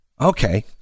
okay